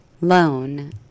loan